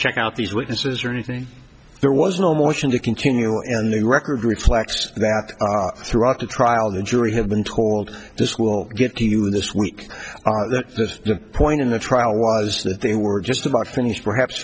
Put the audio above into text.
check out these witnesses or anything there was no motion to continue and the record reflects that throughout the trial the jury have been told this will get to you this week that was the point in the trial was that they were just about finished perhaps